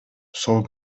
сол